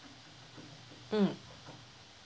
mm